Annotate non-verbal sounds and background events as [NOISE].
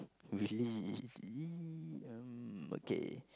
really [NOISE] um okay